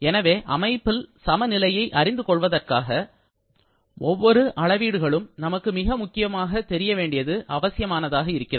எனவே அமைப்பில் சம நிலையை அறிந்துகொள்வதற்காக ஒவ்வொரு ஆண்டும் அளவீடுகளும் நமக்கு மிக முக்கியமாக தெரிய வேண்டியது அவசியமானதாக இருக்கிறது